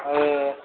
ए